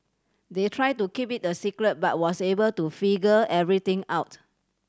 they tried to keep it a secret but was able to figure everything out